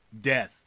death